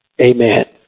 Amen